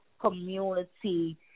community